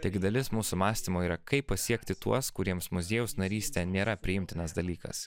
tai gi dalis mūsų mąstymo yra kaip pasiekti tuos kuriems muziejaus narystė nėra priimtinas dalykas